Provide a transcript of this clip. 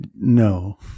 no